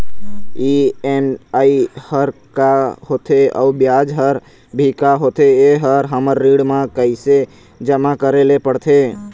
EMI हर का होथे अऊ ब्याज हर भी का होथे ये हर हमर ऋण मा कैसे जमा करे ले पड़ते?